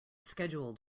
scheduled